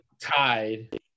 tied